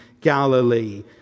Galilee